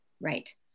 Right